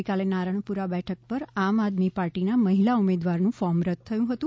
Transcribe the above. ગઇકાલે નારણપુરા બેઠક પર આમ આદમી પાર્ટીના મહિલા ઉમેદવારનું ફોર્મ રદ્દ થયું હતું